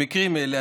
במקרים אלה,